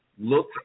look